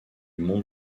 monde